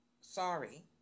sorry